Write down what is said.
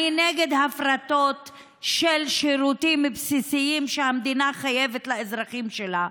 אני נגד הפרטות של שירותים בסיסיים שהמדינה חייבת לאזרחים שלה,